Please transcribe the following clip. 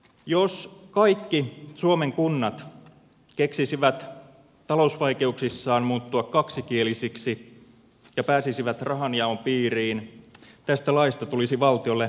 jos kaikki suomen kunnat keksisivät talousvaikeuksissaan muuttua kaksikielisiksi ja pääsisivät rahanjaon piiriin tästä laista tulisi valtiolle valtavat kustannukset